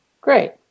Great